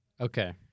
Okay